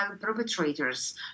perpetrators